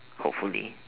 hopefully